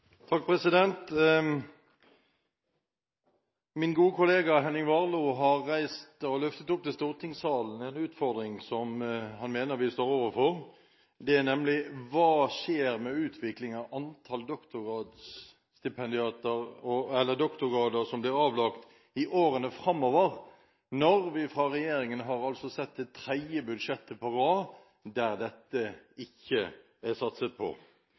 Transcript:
Min gode kollega, Henning Warloe, har løftet opp i stortingssalen en utfordring som han mener vi står overfor. Det er nemlig: Hva skjer med utviklingen av antall doktorgrader som blir avlagt i årene framover, når vi har sett at regjeringen for tredje budsjettår på rad ikke har satset på dette? Det er veldig rart å stå her og høre hvordan statsråden og noen fra regjeringspartiene svarer på